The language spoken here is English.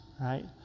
right